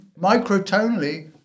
microtonally